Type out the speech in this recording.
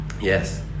yes